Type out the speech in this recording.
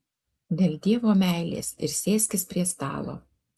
dėl dievo meilės ir sėskis prie stalo